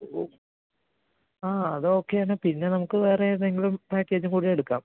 ആ അതോക്കെയാണ് പിന്നെ നമുക്ക് വേറെ ഏതെങ്കിലും പാക്കേജ് കൂടി എടുക്കാം